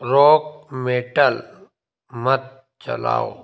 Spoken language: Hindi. रॉक मेटल मत चलाओ